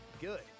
good